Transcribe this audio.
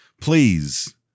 please